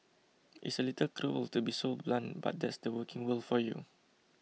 it's a little cruel to be so blunt but that's the working world for you